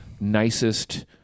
nicest